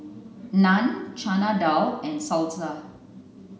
Naan Chana Dal and Salsa